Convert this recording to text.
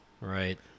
right